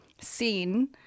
seen